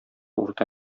урта